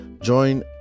join